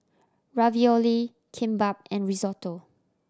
Ravioli Kimbap and Risotto